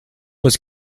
was